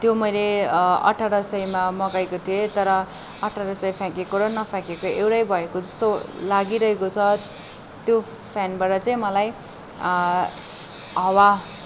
त्यो मैले अठाह्र सयमा मगाएको थिएँ तर अठाह्र सय फ्याँकेको र नफ्याँकेको एउटै भएको जस्तो लागिरहेको छ त्यो फ्यानबाट चाहिँ मलाई हावा